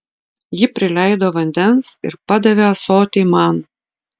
ji prileido vandens ir padavė ąsotį man